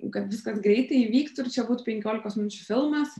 kad viskas greitai įvyktų ir čia būt penkiolikos minučių filmas